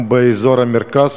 הן באזור המרכז,